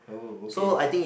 uh okay